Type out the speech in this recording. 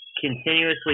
continuously